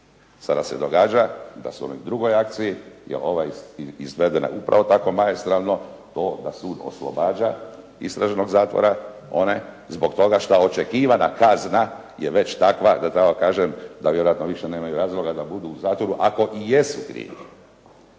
Sada se događa da se u onoj drugoj akciji, jer ova je izvedena upravo tako maestralno, to da se oslobađa istražnog zatvora one zbog toga što je očekivana kazna je već takva da tako kažem da vjerojatno više nemaju razloga da budu u zatvoru, ako i jesu krivi.